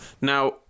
Now